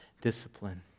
Discipline